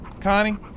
Connie